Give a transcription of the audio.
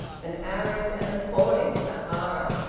an arid and appalling sahara.